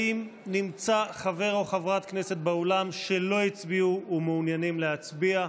האם נמצא חבר או חברת כנסת באולם שלא הצביעו ומעוניינים להצביע?